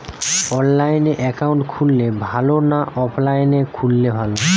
অনলাইনে একাউন্ট খুললে ভালো না অফলাইনে খুললে ভালো?